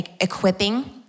equipping